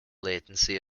latency